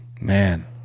Man